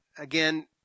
Again